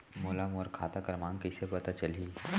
मोला मोर खाता क्रमाँक कइसे पता चलही?